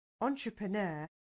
entrepreneur